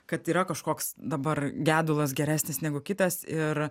kad yra kažkoks dabar gedulas geresnis negu kitas ir